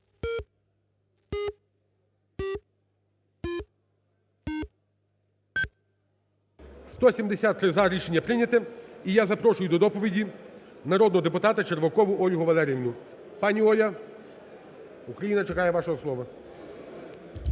За-173 Рішення прийнято. І я запрошую до доповіді, народного депутата Червакову Ольгу Валеріївну. Пані Оля, Україна чекає вашого слова.